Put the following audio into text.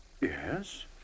Yes